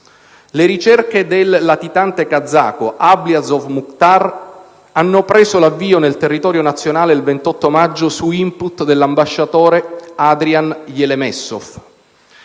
«Le ricerche del latitante kazako Ablyazov Mukhtar hanno preso l'avvio nel territorio nazionale il 28 maggio su *input* dell'ambasciatore Adrian Yelemessov.